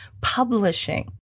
publishing